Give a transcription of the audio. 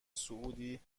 سعودی